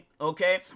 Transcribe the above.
okay